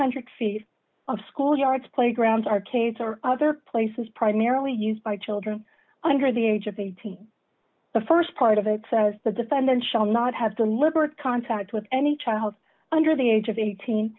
hundred feet of school yards playgrounds arcades or other places primarily used by children under the age of eighteen the st part of it says the defendant shall not have to live or contact with any child under the age of eighteen